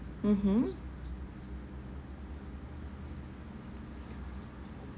mmhmm